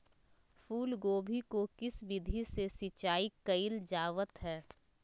फूलगोभी को किस विधि से सिंचाई कईल जावत हैं?